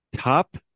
Top